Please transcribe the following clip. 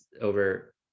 over